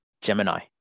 Gemini